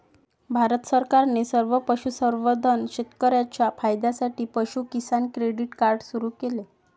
भारत सरकारने सर्व पशुसंवर्धन शेतकर्यांच्या फायद्यासाठी पशु किसान क्रेडिट कार्ड सुरू केले